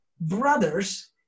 brothers